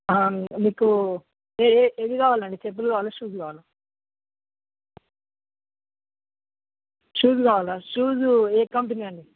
మీకు ఏ ఏది కావాలండి చెప్పులు కావాలా షూస్ కావాలా షూస్ కావాలా షూస్ ఏ కంపెనీ అండి